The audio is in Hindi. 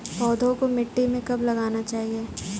पौधों को मिट्टी में कब लगाना चाहिए?